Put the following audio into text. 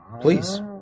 Please